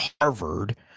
Harvard